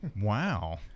Wow